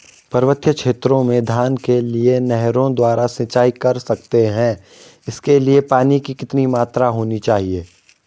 पर्वतीय क्षेत्रों में धान के लिए नहरों द्वारा सिंचाई कर सकते हैं इसके लिए पानी की कितनी मात्रा होनी चाहिए?